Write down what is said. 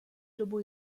dobu